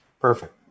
Perfect